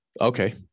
okay